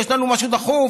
יש לנו משהו דחוף,